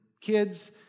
Kids